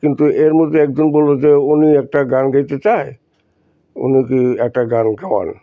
কিন্তু এর মধ্যে একজন বললো যে উনি একটা গান গাইতে চায় উনি কি একটা গান গাওয়ান